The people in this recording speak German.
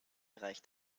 reicht